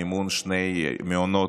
מימון שני מעונות,